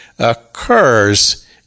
occurs